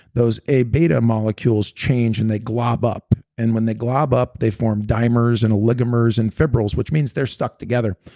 those abeta but molecules change and they glob up and when they glob up, they form dimers and oligomers and fibrils which means they're stuck together.